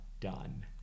done